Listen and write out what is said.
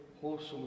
wholesome